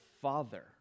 father